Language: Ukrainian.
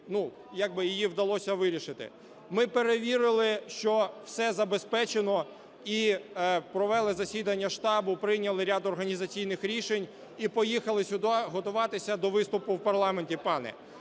як би її вдалося вирішити. Ми перевірили, що все забезпечено і провели засідання штабу, прийняли ряд організаційних рішень і поїхали сюди готуватися до виступу в парламенті, пане.